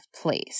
place